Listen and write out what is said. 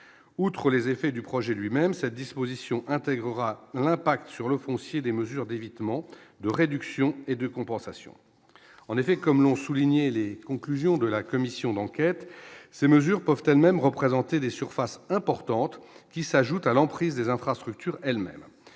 outre les effets du projet lui-même sa disposition intégrera l'impact sur le foncier des mesures d'évitement de réduction et de compensation, en effet, comme l'ont souligné les conclusions de la commission d'enquête, ces mesures peuvent elles-mêmes représentées des surfaces importantes qui s'ajoute à l'emprise des infrastructures elles-mêmes,